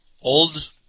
old